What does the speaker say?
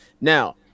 Now